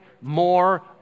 more